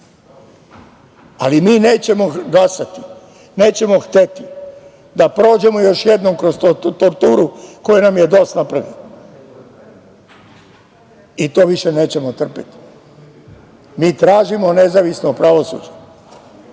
ali mi nećemo glasati, nećemo hteti da prođemo još jednom kroz torturu koju nam je DOS napravio i to više nećemo trpeti. Mi tražimo nezavisno pravosuđe,